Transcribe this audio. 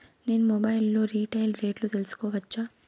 నేను మొబైల్ లో రీటైల్ రేట్లు తెలుసుకోవచ్చా?